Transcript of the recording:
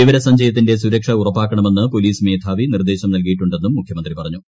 വിവരസഞ്ചയത്തിന്റെ സുരക്ഷ ഉറപ്പാക്കണമെന്ന് പോലീസ് മേധാവി നിർദ്ദേശം നൽകിയിട്ടുണ്ടെന്നും മുഖ്യന്ത്രി പറഞ്ഞു